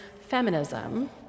feminism